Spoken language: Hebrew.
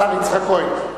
השר יצחק כהן?